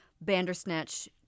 Bandersnatch